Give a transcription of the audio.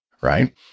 right